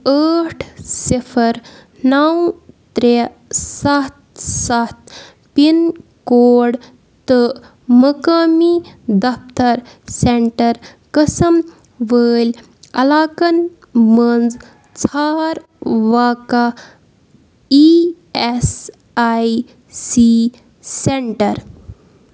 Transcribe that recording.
ٲٹھ سِفَر نَو ترٛےٚ سَتھ سَتھ پِن کوڈ تہٕ مَکٲمی دَفتَر سؠنٹَر قٕسٕم وٲلۍ عَلاقَن منٛز ژھار واقعہ E S I C centre